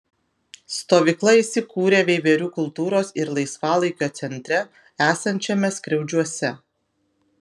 stovykla įsikūrė veiverių kultūros ir laisvalaikio centre esančiame skriaudžiuose